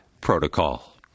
protocol